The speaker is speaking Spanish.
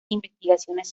investigaciones